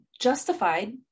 justified